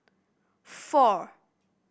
four